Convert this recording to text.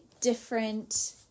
different